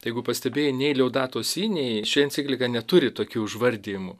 jeigu pastebėjai nei liaudat sini ši enciklika neturi tokių įvardijimų